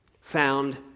found